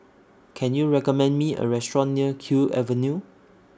Can YOU recommend Me A Restaurant near Kew Avenue